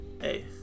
Hey